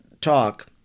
talk